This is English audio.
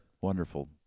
wonderful